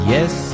Yes